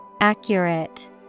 Accurate